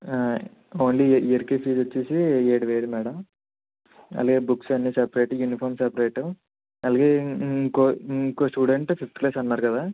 only ఇయర్కి fees వచ్చి ఏడు వేలు మేడం మళ్ళీ బుక్స్ అన్నీ సెపరేట్ యూనిఫామ్ సెపరేట్ అలాగే ఇంకో ఇంకో స్టూడెంట్ ఫిఫ్త్ క్లాస్ అన్నారు కదా